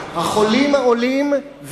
החולים העולים.